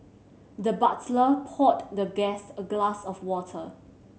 the butler poured the guest a glass of water